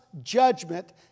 judgment